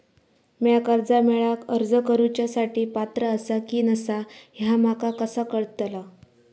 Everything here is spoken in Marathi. म्या कर्जा मेळाक अर्ज करुच्या साठी पात्र आसा की नसा ह्या माका कसा कळतल?